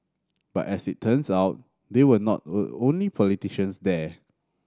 but as it turns out they were not only politicians there